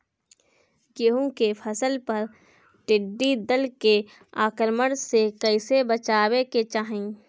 गेहुँ के फसल पर टिड्डी दल के आक्रमण से कईसे बचावे के चाही?